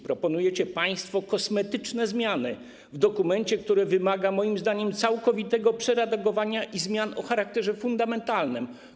Proponujecie państwo kosmetyczne zmiany w dokumencie, który wymaga moim zdaniem całkowitego przeredagowania i zmian o charakterze fundamentalnym.